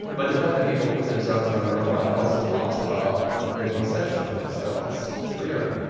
but the fact that people put themselves number one also talks about their conception of themselves, clearly